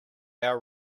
our